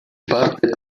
bartek